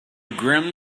grim